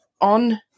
on